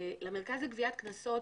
למרכז לגביית קנסות,